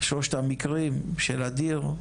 שלושת המקרים של אדיר,